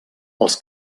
els